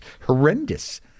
horrendous